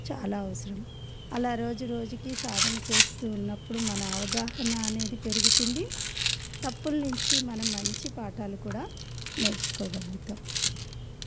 చాలా అవసరం అలా రోజు రోజుకి సాధన చేస్తూ ఉన్నప్పుడు మన అవగాహన అనేది పెరుగుతుంది తప్పుల నుంచి మన మంచి పాఠాలు కూడా నేర్చుకోగలుగుతాం